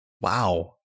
Wow